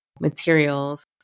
materials